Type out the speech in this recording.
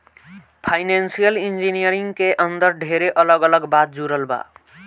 financial engineering के अंदर ढेरे अलग अलग बात जुड़ल बा